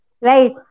Right